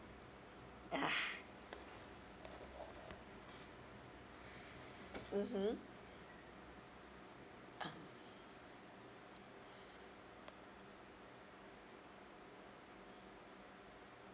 ah mmhmm ah